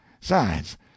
sides